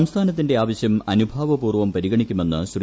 സംസ്ഥാനത്തിന്റെ ആവശ്യം അനുഭാവപൂർവ്വം പരിഗണിക്കുമെന്ന് ശ്രീ